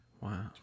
Wow